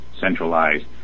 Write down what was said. centralized